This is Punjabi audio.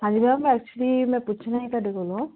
ਹਾਂਜੀ ਮੈਮ ਐਕਚੁਲੀ ਮੈਂ ਪੁੱਛਣਾ ਸੀ ਤੁਹਾਡੇ ਕੋਲੋਂ